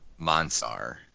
Monsar